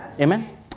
Amen